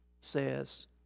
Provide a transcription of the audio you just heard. says